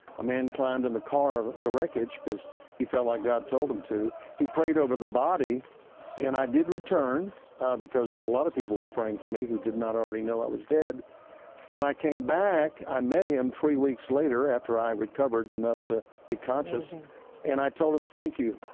a man climbed in the car of the wreckage because he felt like i told him to. he prayed over the body and i did return because a lot of people were praying for me who did not already know i was dead. it when i came back, i met him three weeks later after i recovered enough to be conscious and i told him thank you.